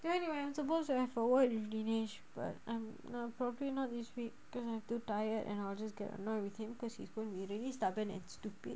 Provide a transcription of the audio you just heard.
anyway I am suppose to have a word with dinesh but I'm not probably not this week cause I'm too tired and I'll just get annoyed with him cause he's going to be really stubborn and stupid